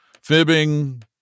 fibbing